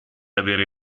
avere